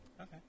Okay